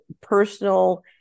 personal